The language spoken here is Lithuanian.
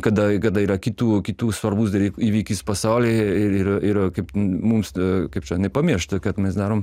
kada kada yra kitų kitų svarbus įvykis pasaulyje ir ir ir kaip mums kaip čia nepamiršti kad mes darom